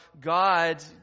God